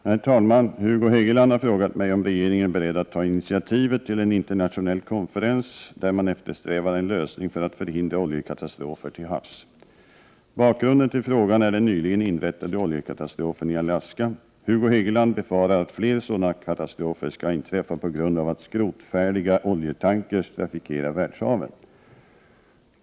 Herr talman! Hugo Hegeland har frågat mig om regeringen är beredd att ta initiativet till en internationell konferens där man eftersträvar en lösning för att förhindra oljekatastrofer till havs. Bakgrunden till frågan är den nyligen inträffade oljekatastrofen i Alaska. Hugo Hegeland befarar att fler sådana katastrofer skall inträffa på grund av att skrotfärdiga oljetankrar trafikerar världshaven.